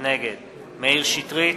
נגד מאיר שטרית,